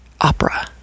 Opera